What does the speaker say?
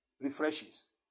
refreshes